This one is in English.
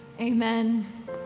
Amen